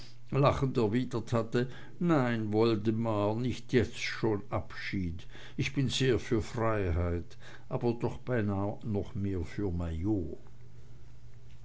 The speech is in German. erwidert hatte nein woldemar nicht jetzt schon abschied ich bin sehr für freiheit aber doch beinah mehr noch für